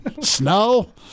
Snow